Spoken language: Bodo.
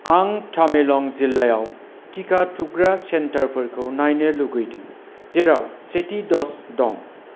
आं तामेलं जिल्लायाव टिका थुग्रा सेन्टारफोरखौ नायनो लुगैदों जेराव सेथि द'ज दं